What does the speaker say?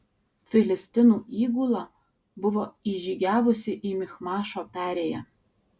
filistinų įgula buvo įžygiavusi į michmašo perėją